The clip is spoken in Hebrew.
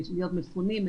להיות מפונים,